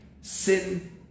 Sin